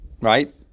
Right